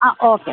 ആ ഓക്കെ